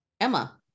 emma